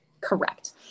Correct